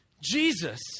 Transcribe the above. Jesus